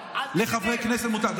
לחברי כנסת מותר.